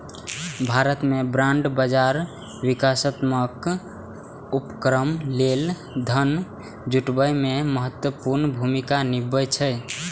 भारत मे बांड बाजार विकासात्मक उपक्रम लेल धन जुटाबै मे महत्वपूर्ण भूमिका निभाबै छै